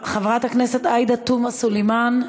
חברת הכנסת עאידה תומא סלימאן,